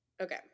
Okay